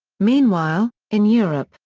meanwhile, in europe,